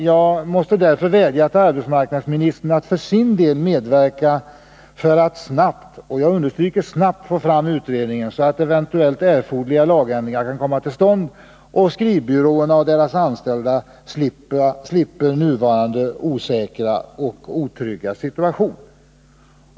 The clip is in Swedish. Jag måste därför vädja till arbetsmarknadsministern att för sin del medverka för att snabbt — och jag understryker snabbt — få fram utredningen, så att eventuellt erforderliga lagändringar kan komma till stånd och skrivbyråerna och deras anställda slipper nuvarande osäkra och otrygga situation.